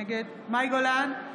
נגד מאי גולן,